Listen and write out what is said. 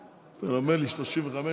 צור, אינו נוכח.